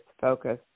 focus